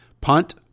Punt